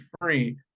free